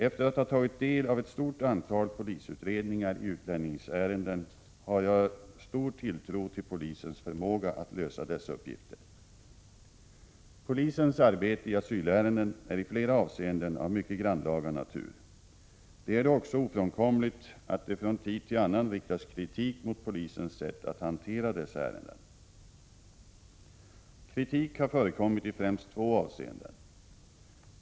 Efter att ha tagit del av ett stort antal polisutredningar i utlänningsärenden har jag stor tilltro till polisens förmåga att lösa dessa uppgifter. Polisens arbete i asylärenden är i flera avsenden av mycket grannlaga natur. Det är då också ofrånkomligt att det från tid till annan riktas kritik mot polisens sätt att hantera dessa ärenden. Kritik har förekommit i främst två avseenden.